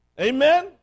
Amen